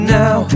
now